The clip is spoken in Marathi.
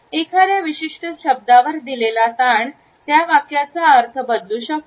एखाद्या विशिष्ट शब्दावर दिलेला ताण त्या वाक्याचा अर्थ बदलू शकतो